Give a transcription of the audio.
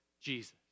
Jesus